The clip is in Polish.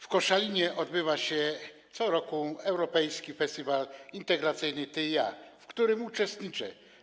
W Koszalinie odbywa się co roku Europejski Festiwal Filmowy Integracja Ty i Ja, w którym uczestniczę.